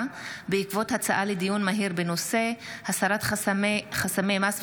בעקבות דיון מהיר בהצעתם של חברי הכנסת